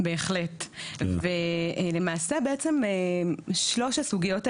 בהחלט, ולמעשה בעצם, שלוש הסוגיות העיקריות,